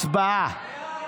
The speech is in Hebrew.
הצבעה.